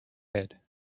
head